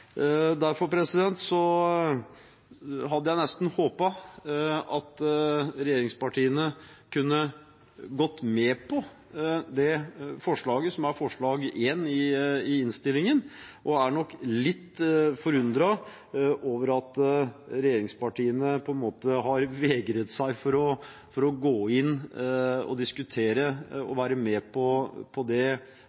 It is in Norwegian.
hadde jeg nesten håpet at regjeringspartiene kunne gått med på det forslaget, som er forslag nr. 1 i innstillingen. Og jeg er nok litt forundret over at regjeringspartiene på en måte har vegret seg for å gå inn og diskutere